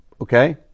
Okay